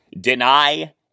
deny